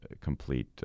complete